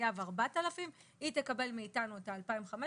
מהחייב 4,000 היא תקבל מאיתנו את ה-2,500